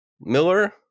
Miller